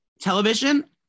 television